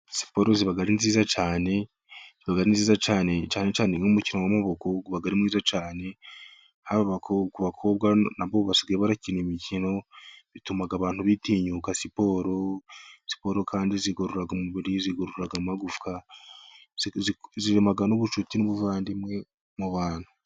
Siporo ziba ari nziza cyane, ni nziza cyane, cyane cyane nk'umukino w'amaboko, uba ari mwiza cyane, haba ku bakobwa nabo basigaye barakina imikino, bituma abantu bitinyuka siporo, siporo kandi zigorora umubiri, zigorora amagufwa n'ubucuti n'ubuvandimwe mu bantu.